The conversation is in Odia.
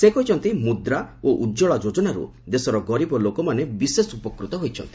ସେ କହିଛନ୍ତି ମୁଦ୍ରା ଓ ଉଜ୍ଜୁଳା ଯୋଜନାରୁ ଦେଶର ଗରିବ ଲୋକମାନେ ବିଶେଷ ଉପକୃତ ହୋଇଛନ୍ତି